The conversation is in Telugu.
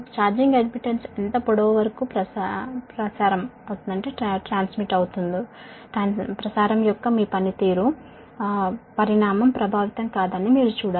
ఛార్జింగ్ అడ్మిటెన్స్ ఎంత పొడవు వరకు ప్రసారం యొక్క మీ పనితీరు పరిణామం ప్రభావితం కాదని మీరు చూడాలి